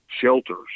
shelters